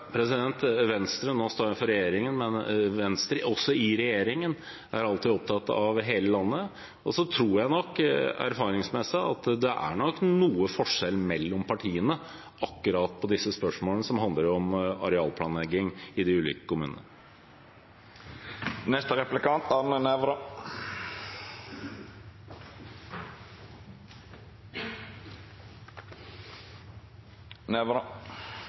står jeg her for regjeringen, men også i regjering er Venstre alltid opptatt av hele landet. Erfaringsmessig tror jeg nok det er noe forskjell mellom partiene i akkurat disse spørsmålene som handler om arealplanlegging i de ulike kommunene. Som det har vært nevnt av flere talere her i dag, er